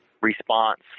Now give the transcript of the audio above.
response